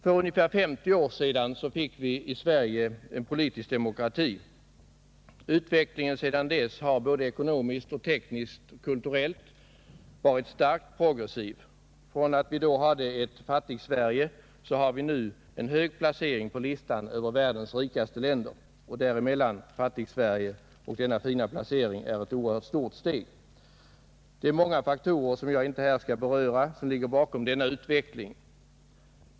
För ungefär femtio år sedan infördes den politiska demokratin i vårt land. Utvecklingen sedan dess har både ekonomiskt, tekniskt och kulturellt varit starkt progressiv. Från det Fattigsverige som vi då hade har vi nu kommit högt upp på listan över världens rikaste länder — ett oerhört stort steg. Många faktorer, som jag här inte skall beröra, ligger bakom denna utveckling.